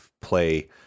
play